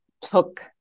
took